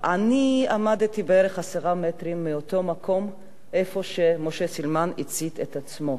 עמדתי בערך עשרה מטרים מהמקום שבו משה סילמן הצית את עצמו.